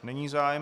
Není zájem.